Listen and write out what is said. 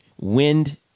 wind